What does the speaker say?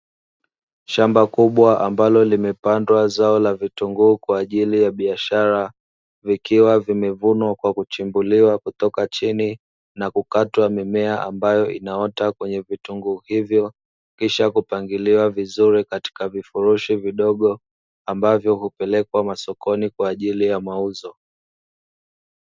Shamba kubwa ambalo limepandwa zao la vitunguu kwa ajili ya biashara, vikiwa vimevunwa kwa kuchimbuliwa kutoka chini na kukatwa mimea ambayo inaota kwenye vitunguu hivyo; kisha kupangiliwa vizuri katika vifurushi vidogo ambavyo hupelekwa sokoni kwa ajili ya mauzo.